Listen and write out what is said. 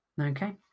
okay